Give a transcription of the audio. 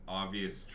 obvious